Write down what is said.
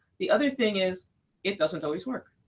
the other thing is it doesn't always work.